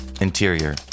Interior